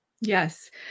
Yes